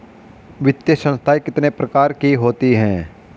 वित्तीय संस्थाएं कितने प्रकार की होती हैं?